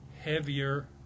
heavier